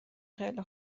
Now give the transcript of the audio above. خیلی